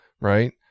right